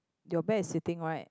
the bear is sitting right